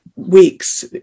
weeks